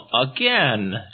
again